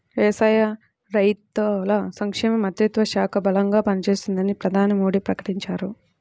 వ్యవసాయ, రైతుల సంక్షేమ మంత్రిత్వ శాఖ బలంగా పనిచేస్తుందని ప్రధాని మోడీ ప్రకటించారు